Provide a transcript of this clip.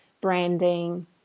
branding